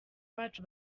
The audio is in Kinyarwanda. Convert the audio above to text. bacu